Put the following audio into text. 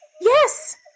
Yes